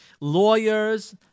lawyers